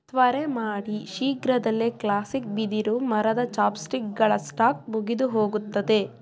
ತ್ವರೆ ಮಾಡಿ ಶೀಘ್ರದಲ್ಲೇ ಕ್ಲಾಸಿಕ್ ಬಿದಿರು ಮರದ ಚಾಪ್ಸ್ಟಿಕ್ಗಳ ಸ್ಟಾಕ್ ಮುಗಿದುಹೋಗುತ್ತದೆ